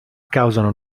causano